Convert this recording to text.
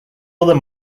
other